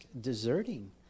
deserting